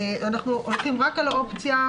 אנחנו הולכים רק על האופציה,